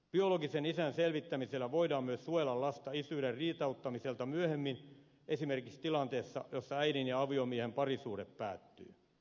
biologisen isän selvittämisellä voidaan myös suojella lasta isyyden riitauttamiselta myöhemmin esimerkiksi tilanteessa jossa äidin ja aviomiehen parisuhde päättyy